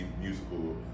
musical